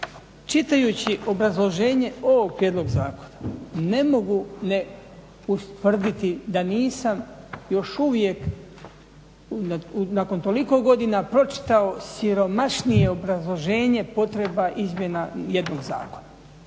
Čitajući obrazloženje ovog prijedloga zakona ne mogu ne ustvrditi da nisam još uvijek nakon toliko godina pročitao siromašnije obrazloženje potreba izmjena jednog zakona.